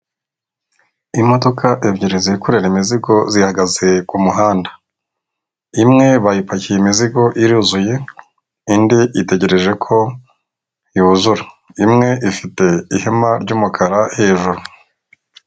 Imodoka ebyiri zikorera imizigo zihagaze kumuhanda. Imwe bayipakiye imizigo iruzuye indi itegereje ko yuzura. Imwe ifite ihema ryumukara hejuru.